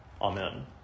Amen